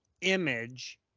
image